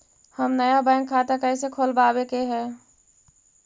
हम नया बैंक खाता कैसे खोलबाबे के है?